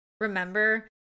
remember